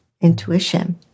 intuition